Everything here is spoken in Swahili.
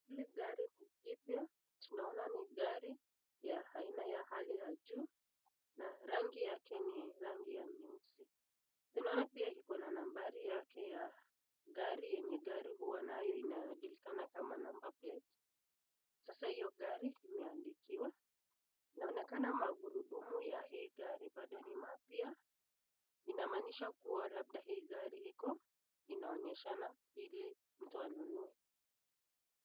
Hili gari ni jipyya, tunaona ni gari ya aina ya hali ya juu , na rangi yake ni rangi ya nyeusi , tunaoana pia iko na nambari yake ya gari yenye gari huwa nayo inajulikana kama number plate , sasa hio gari imeandikiwa inaonekana magurudumu ya hii gari bado ni mapya inamaanisha kwamba labda hii gari iko inonyeshanwa ili mtu anunue.